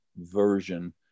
version